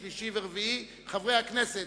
שלישי ורביעי חברי הכנסת,